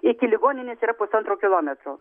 iki ligoninės yra pusantro kilometro